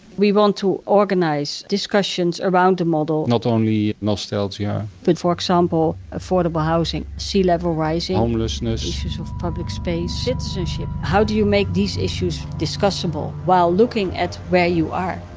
we want to organize discussions around the model not only nostalgia yeah but, for example, affordable housing, sea-level rising homelessness issues of public space, citizenship. how do you make these issues discussable while looking at where you are?